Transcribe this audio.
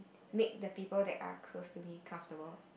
make the people that are close to me comfortable